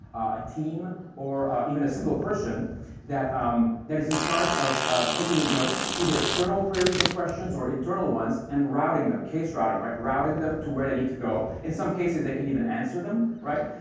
a team, or even a single person that um that is in charge of taking you know either external queries or questions or internal ones, and routing them case-routing, right? routing them to where they need to go. in some cases, they can even answer them, right?